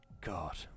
God